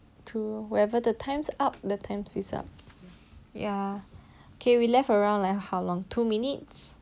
true wherever the time's up the times is up ya K we left around how long two minutes